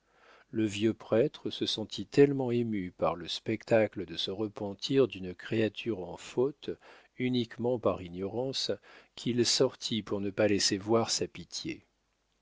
le vieux prêtre se sentit tellement ému par le spectacle de ce repentir d'une créature en faute uniquement par ignorance qu'il sortit pour ne pas laisser voir sa pitié